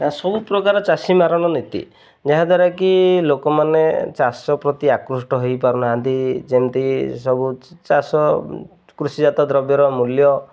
ସବୁପ୍ରକାର ଚାଷୀ ମାରଣ ନୀତି ଯାହାଦ୍ୱାରା କି ଲୋକମାନେ ଚାଷ ପ୍ରତି ଆକୃଷ୍ଟ ହେଇପାରୁନାହାନ୍ତି ଯେମିତି ସବୁ ଚାଷ କୃଷିଜାତ ଦ୍ରବ୍ୟର ମୂଲ୍ୟ